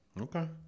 Okay